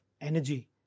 energy